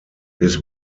his